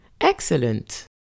Excellent